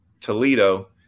Toledo